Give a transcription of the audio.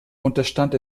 unterstand